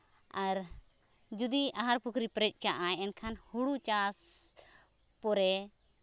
ᱟᱨ ᱡᱩᱫᱤ ᱟᱦᱟᱨ ᱯᱩᱠᱷᱨᱤ ᱯᱮᱨᱮᱡ ᱠᱟᱜᱼᱟᱭ ᱮᱱᱠᱷᱟᱱ ᱦᱳᱲᱳ ᱪᱟᱥ ᱯᱚᱨᱮ